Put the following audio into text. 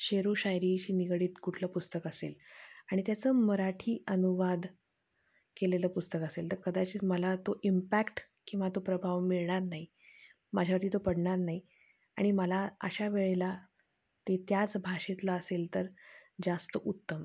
शेरू शायरीची निगडीत कुठलं पुस्तक असेल आणि त्याचं मराठी अनुवाद केलेलं पुस्तक असेल तर कदाचित मला तो इम्पॅक्ट किंवा तो प्रभाव मिळणार नाही माझ्यावरती तो पडणार नाही आणि मला अशा वेळेला ते त्याच भाषेतला असेल तर जास्त उत्तम